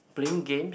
playing games